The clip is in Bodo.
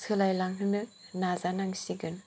सोलायलांनो नाजानांसिगोन